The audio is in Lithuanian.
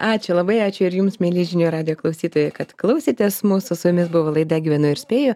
ačiū labai ačiū ir jums mieli žinių radijo klausytojai kad klausėtės mūsų su jumis buvo laida gyvenu ir spėju